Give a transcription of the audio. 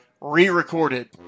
re-recorded